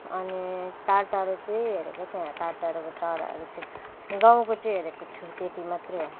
अनि टाढटाढो चाहिँ हेरेको छैन टाढटाढोको चराहरू चाहिँ गाउँको चाहिँ हेरेको छु त्यति मात्रै हो